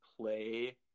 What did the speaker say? play